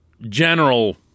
general